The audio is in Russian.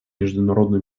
международной